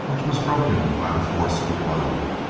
which was broken by the force of the blow.